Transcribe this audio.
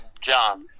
John